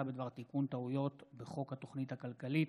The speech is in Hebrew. בדבר תיקון טעויות בחוק התוכנית הכלכלית